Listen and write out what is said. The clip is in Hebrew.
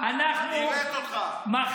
לא אכפת לך פלסטינים,